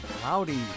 cloudy